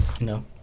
No